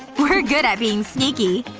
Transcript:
we're good at being sneaky.